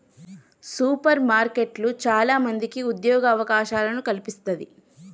super మార్కెట్లు చాల మందికి ఉద్యోగ అవకాశాలను కల్పిస్తంది